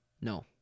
no